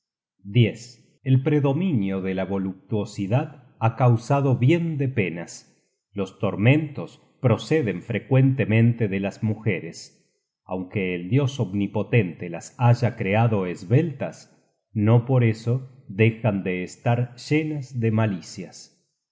salvajes el predominio de la voluptuosidad ha causado bien de penas los tormentos proceden frecuentemente de las mujeres aunque el dios omnipotente las haya creado esbeltas no por eso dejan de estar llenas de malicias